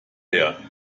her